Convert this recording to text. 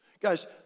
Guys